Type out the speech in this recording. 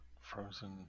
Frozen